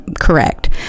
correct